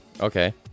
Okay